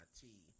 tea